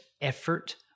effort